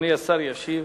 אדוני השר ישיב.